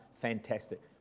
fantastic